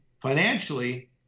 financially